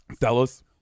fellas